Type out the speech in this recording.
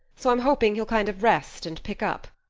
so i'm hoping he'll kind of rest and pick up.